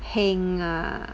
heng ah